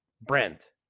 Brent